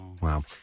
Wow